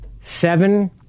Seven